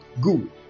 Good